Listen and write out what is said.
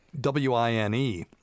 W-I-N-E